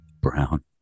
Brown